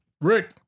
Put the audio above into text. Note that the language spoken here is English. Rick